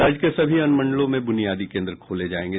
राज्य के सभी अनुमंडलों में ब्रनियादी केन्द्र खोले जायेंगे